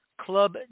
Club